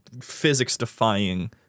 physics-defying